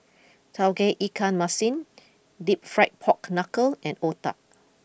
Tauge Ikan Masin Deep Fried Pork Knuckle and Otah